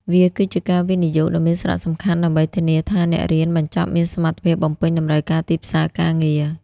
វាគឺជាការវិនិយោគដ៏មានសារៈសំខាន់ដើម្បីធានាថាអ្នករៀនបញ្ចប់មានសមត្ថភាពបំពេញតម្រូវការទីផ្សារការងារ។